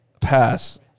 Pass